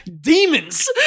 demons